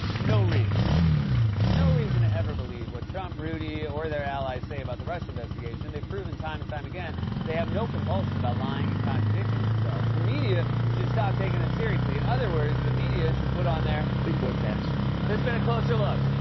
no reason no reason to ever believe what trump, rudy or their allies say about the russia investigation. they've proven time and time again they have no compulsion about lying and contradicting themselves. the media should stop taking them seriously. in other words, the media should put on their. big-boy pants. this has been a closer look.